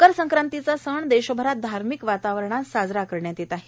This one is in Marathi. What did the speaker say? मकर संक्रांतीचा सण देशभरात धार्मिक वातावरणात साजरा होत आहे